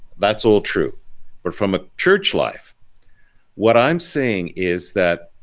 that's all true but from a church life what i'm seeing is that